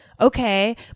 okay